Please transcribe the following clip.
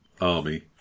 army